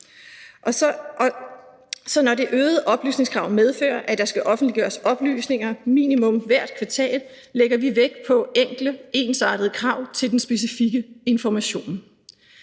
når det øgede oplysningskrav medfører, at der skal offentliggøres oplysninger minimum hvert kvartal, lægger vi vægt på enkle, ensartede krav til den specifikke information.